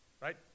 Right